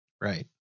Right